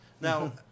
Now